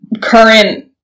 current